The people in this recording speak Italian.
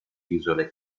isole